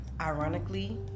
Ironically